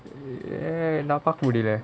eh நான் பாக்க முடில:naan paaka mudila